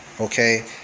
Okay